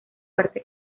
parte